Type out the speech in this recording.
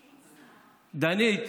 דנית,